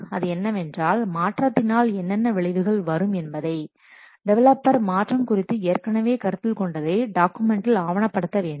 அது என்னவென்றால் மாற்றத்தினால் என்னென்ன விளைவுகள் வரும் என்பதை டெவலப்பர் மாற்றம் குறித்து ஏற்கனவே கருத்தில் கொண்டதை டாக்குமெண்டில் ஆவணப்படுத்த வேண்டும்